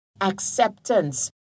acceptance